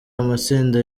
amatsinda